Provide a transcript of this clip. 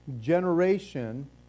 generation